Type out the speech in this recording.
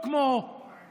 לא כמו כאן,